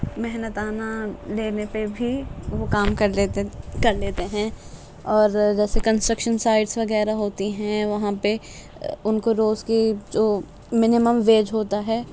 محنتانا لینے پہ بھی وہ کام کر لیتے کر لیتے ہیں اور جیسے کنسٹرکشن سائٹس وغیرہ ہوتی ہیں وہاں پہ ان کو روز کی جو منیمم ویج ہوتا ہے